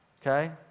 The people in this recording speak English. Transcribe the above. Okay